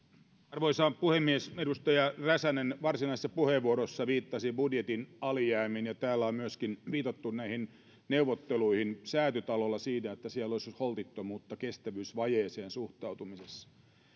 arvoisa puhemies edustaja räsänen varsinaisessa puheenvuorossa viittasi budjetin alijäämiin ja täällä on viitattu myöskin näihin neuvotteluihin säätytalolla että siellä olisi holtittomuutta kestävyysvajeeseen suhtautumisessa